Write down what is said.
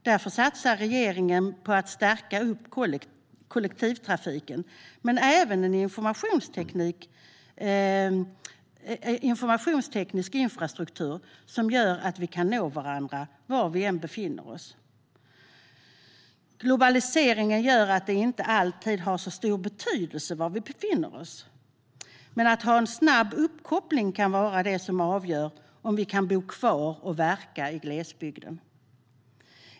Därför satsar regeringen på att stärka kollektivtrafiken, men man satsar även på en informationsteknisk infrastruktur som gör att vi kan nå varandra var vi än befinner oss. Globaliseringen gör att det inte alltid har så stor betydelse var vi befinner oss, men att ha en snabb uppkoppling kan vara det som avgör om vi kan bo kvar och verka i glesbygden.